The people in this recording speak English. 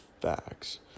facts